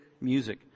music